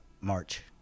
March